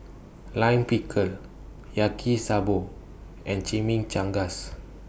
Lime Pickle Yaki Soba and Chimichangas